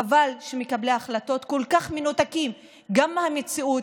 חבל שמקבלי ההחלטות כל כך מנותקים, גם מהמציאות,